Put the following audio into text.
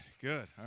Good